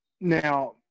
Now